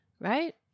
right